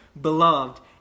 beloved